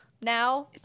now